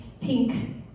pink